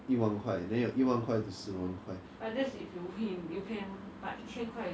ya is not someone lah but in total they will have lost two hundred thousand and they give it to you [one]